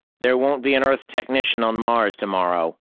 there won't be an earth technician on mars tomorrow.